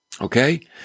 okay